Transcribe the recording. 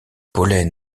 pollen